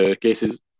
cases